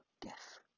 death